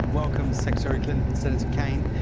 welcome secretary clinton, senator kaine.